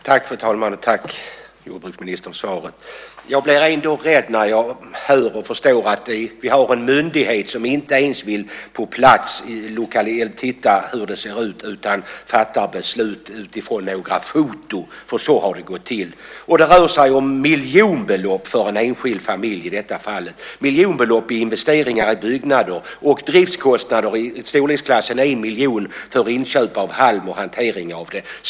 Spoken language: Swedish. Fru talman! Tack, jordbruksministern, för svaret. Jag blir rädd när jag hör och förstår att vi har en myndighet som inte ens på plats vill titta hur något ser ut, utan fattar beslut utifrån några foton. Så har det gått till. Det rör sig om miljonbelopp för en enskild familj i detta fall. Det är miljonbelopp i investeringar i byggnader, och driftskostnader i storleksklassen 1 miljon för inköp av halm och hantering av det.